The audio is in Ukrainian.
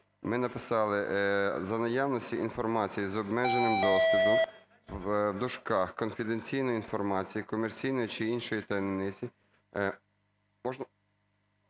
Ми написали: "за наявності інформації з обмеженим доступом (конфіденційної інформації комерційної чи іншої таємниці)"… Можна?